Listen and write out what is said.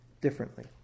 differently